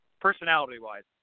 personality-wise